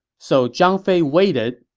so zhang fei waited,